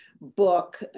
book